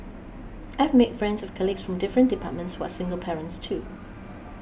I have made friends with colleagues from different departments who are single parents too